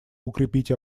укрепить